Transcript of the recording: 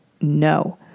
no